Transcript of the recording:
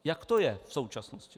Jak to je v současnosti?